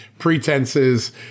pretenses